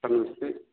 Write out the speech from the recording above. sir नमस्ते